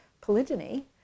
polygyny